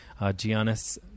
Giannis